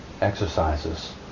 exercises